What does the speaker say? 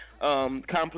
Complex